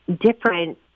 different